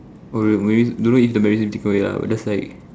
maybe don't know if the memory can be take away lah but that's like